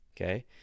okay